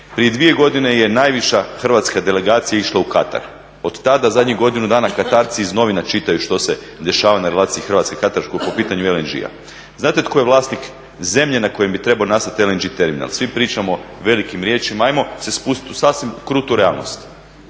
prije dvije godine je najviša hrvatska delegacija išla u Katar, od tada zadnjih godinu dana Katarci ih novina čitaju što se dešava na relaciji Hrvatske-Katar po pitanju LNG-a. znate tko je vlasnik zemlje na kojim bi trebao nastati LNG terminal? Svi pričamo velikim riječima, ajmo se spustiti u sasvim krutu realnost,